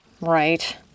Right